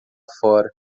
fora